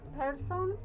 person